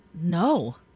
No